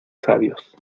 sabios